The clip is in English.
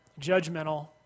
judgmental